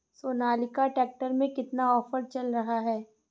Sonalika tractor में कितना offer चल रहा है?